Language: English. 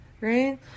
right